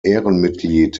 ehrenmitglied